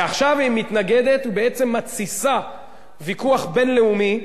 ועכשיו היא מתנגדת, ובעצם מתסיסה ויכוח בין-לאומי,